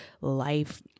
life